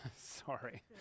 Sorry